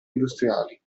industriali